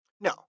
No